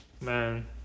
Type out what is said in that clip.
man